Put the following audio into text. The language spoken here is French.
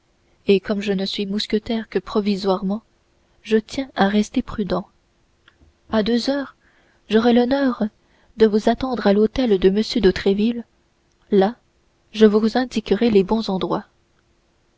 et comme je ne suis mousquetaire que provisoirement je tiens à rester prudent à deux heures j'aurai l'honneur de vous attendre à l'hôtel de m de tréville là je vous indiquerai les bons endroits